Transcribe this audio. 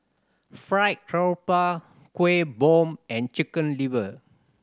fried grouper Kueh Bom and Chicken Liver